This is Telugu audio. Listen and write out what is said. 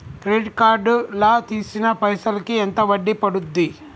క్రెడిట్ కార్డ్ లా తీసిన పైసల్ కి ఎంత వడ్డీ పండుద్ధి?